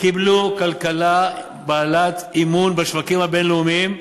קיבלו כלכלה בעלת אמון בשווקים הבין-לאומיים,